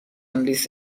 لیست